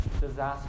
disaster